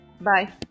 Bye